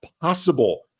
possible